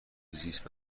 زیست